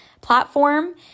platform